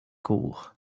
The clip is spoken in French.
cour